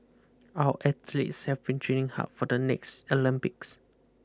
our athletes have been training hard for the next Olympics